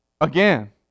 Again